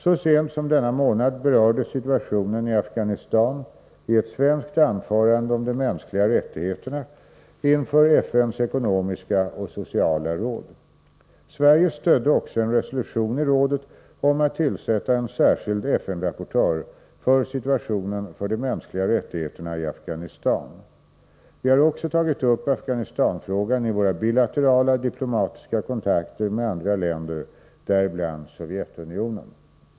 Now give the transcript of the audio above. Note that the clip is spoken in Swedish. Så sent som denna månad berördes situationen i Afghanistan i ett svenskt anförande om de mänskliga rättigheterna inför FN:s ekonomiska och sociala råd. Sverige stödde också en resolution i rådet om att tillsätta en särskild FN-rapportör för situationen för de mänskliga rättigheterna i Afghanistan. Vi har också tagit upp Afghanistan-frågan i våra bilaterala diplomatiska kontakter med andra länder, däribland Sovjetunionen.